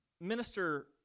Minister